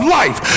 life